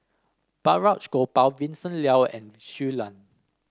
Balraj Gopal Vincent Leow and Shui Lan